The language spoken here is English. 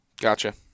Gotcha